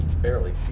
Barely